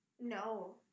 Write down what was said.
No